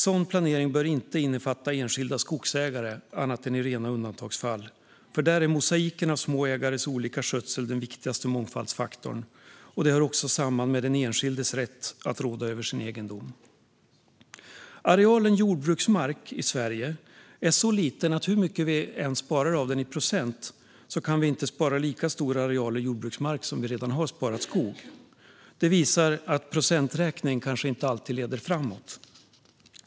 Sådan planering bör inte innefatta enskilda skogsägare, annat än i rena undantagsfall. Där är mosaikerna av små ägares olika skötsel den viktigaste mångfaldsfaktorn. Det hör också samman med den enskildes rätt att råda över sin egendom. Arealen jordbruksmark i Sverige är så liten att hur mycket vi än sparar av den i procent kan vi inte spara lika stora arealer jordbruksmark som vi redan har sparat skog. Det visar att procenträkning kanske inte alltid leder framåt.